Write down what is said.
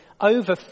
over